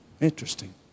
interesting